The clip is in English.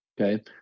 Okay